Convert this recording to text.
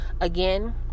Again